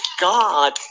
God